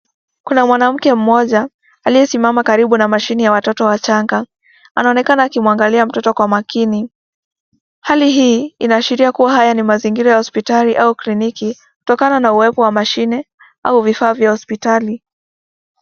Kuna mwanamke moja aliyesimama karibu na machine, (cs),ya watoto wachanga. Anaonekana akimwangalia mtoto kwa makini . Hali hii inaashiria kuwa haya ni mazingira ya hospitali au kliniki kutokana na uwepo wa machine, (cs), au vifaa vya hospitali.